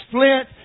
Flint